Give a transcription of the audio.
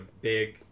big